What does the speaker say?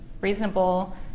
reasonable